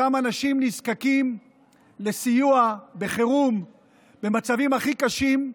שם אנשים נזקקים לסיוע בחירום במצבים הכי קשים,